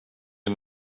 you